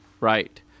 Right